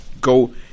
go